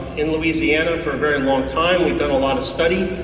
in louisiana for a very long time, we've done a lot of studies.